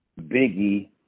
Biggie